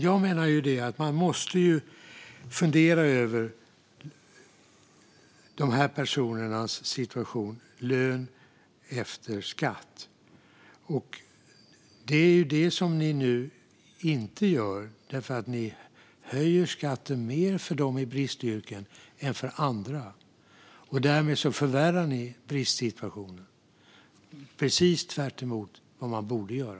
Jag menar att man måste fundera över dessa personers situation, alltså lön efter skatt. Det är det som ni nu inte gör. Ni höjer skatten mer för dem i bristyrken än för andra. Därmed förvärrar ni bristsituationen - precis tvärtemot vad man borde göra.